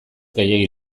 gehiegi